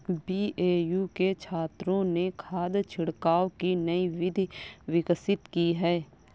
BAU के छात्रों ने खाद छिड़काव की नई विधि विकसित की है